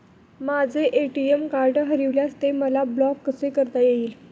माझे ATM card हरविल्यास ते मला ब्लॉक कसे करता येईल?